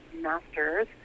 masters